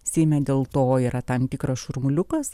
seime dėl to yra tam tikras šurmuliukas